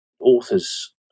authors